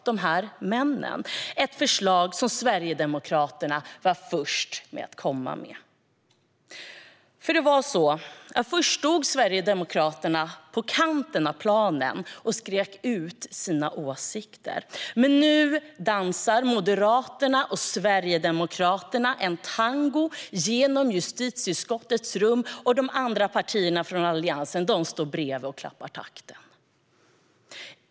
Det är ett förslag som Sverigedemokraterna var först med att komma med. Först stod Sverigedemokraterna på kanten av planen och skrek ut sina åsikter. Men nu dansar Moderaterna och Sverigedemokraterna en tango genom justitieutskottets rum, och de andra partierna i Alliansen står bredvid och klappar takten.